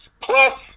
Plus